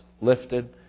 lifted